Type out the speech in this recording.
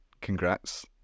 congrats